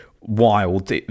wild